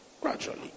gradually